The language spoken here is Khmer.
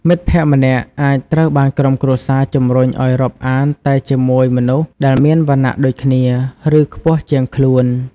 មិត្តភក្តិម្នាក់អាចត្រូវបានក្រុមគ្រួសារជំរុញឱ្យរាប់អានតែជាមួយមនុស្សដែលមានវណ្ណៈដូចគ្នា ឬខ្ពស់ជាងខ្លួន។